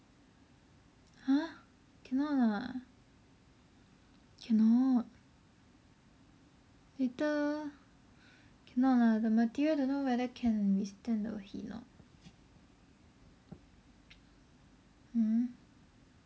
!huh! cannot lah cannot later cannot lah the material don't know whether can withstand the heat or not hmm